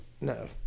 no